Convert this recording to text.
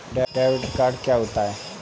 Credit card क्या होता है?